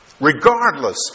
regardless